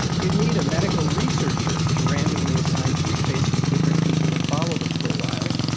you'd need a medical researcher to randomly assigned toothpastes to different people and follow them for a while,